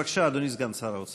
בבקשה, אדוני סגן שר האוצר.